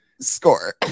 Score